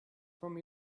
from